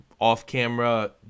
Off-camera